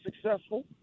successful